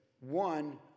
one